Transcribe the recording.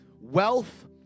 wealth